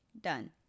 done